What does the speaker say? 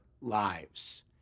lives